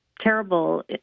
terrible